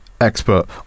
expert